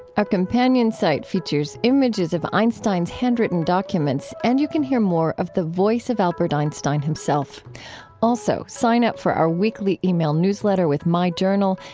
our companion site features images of einstein's hand-written documents and you can hear more of the voice of albert einstein himself also, sign up for our weekly ah e-mail newsletter with my journal.